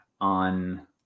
on